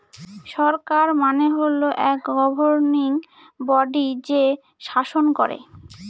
সরকার মানে হল এক গভর্নিং বডি যে শাসন করেন